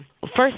First